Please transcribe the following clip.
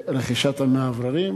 רכישת המאווררים.